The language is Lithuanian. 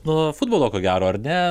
nuo futbolo ko gero ar ne